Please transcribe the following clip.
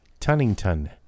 Tunnington